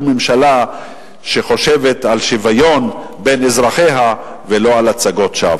ממשלה שחושבת על שוויון בין אזרחיה ולא על הצגות שווא.